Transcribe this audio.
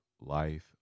life